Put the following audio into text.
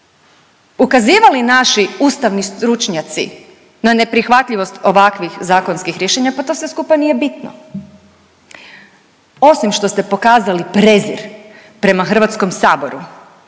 ukazivali naši ustavni stručnjaci na neprihvatljivost ovakvih zakonskih rješenja pa to sve skupa nije bitno. Osim što ste pokazali prezir prema HS-u,